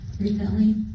Recently